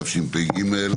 התשפ"ג,